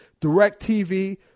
DirecTV